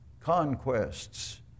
conquests